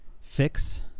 fix